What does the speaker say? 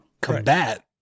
combat